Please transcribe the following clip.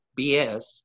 BS